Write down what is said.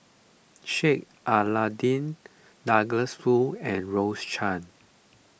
Sheik Alau'ddin Douglas Foo and Rose Chan